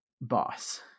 boss